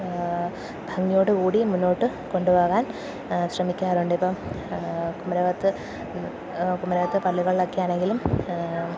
ആ ഭംഗിയോടുകൂടി മുന്നോട്ടു കൊണ്ടുപോവാൻ ശ്രമിക്കാറുണ്ട് ഇപ്പോള് കുമരകത്ത് കുമരകത്തെ പള്ളികളിലൊക്കെ ആണെങ്കിലും